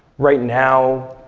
right now,